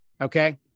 Okay